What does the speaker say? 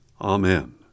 Amen